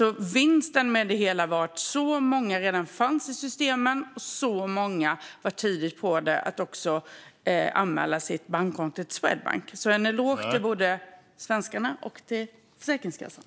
Vinsten med det hela var att många redan fanns i systemen och att många var tidiga med att också anmäla sitt bankkonto till Swedbank. Jag vill ge en eloge till både svenskarna och Försäkringskassan.